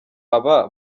aba